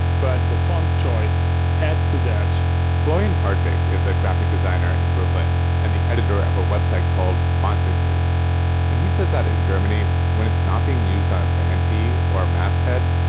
but the font choice adds to that florian hardwig is a graphic designer in berlin and the editor of a website called, fonts in us and he says that in germany when it's not being used on a band tee or masthead,